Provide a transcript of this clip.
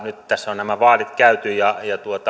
nyt tässä on nämä vaalit käyty ja